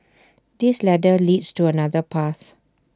this ladder leads to another path